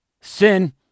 sin